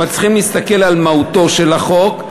צריכים להסתכל על מהותו של החוק,